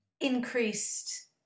increased